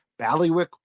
ballywick